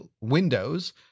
windows